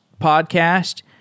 podcast